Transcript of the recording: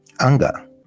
Anger